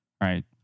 Right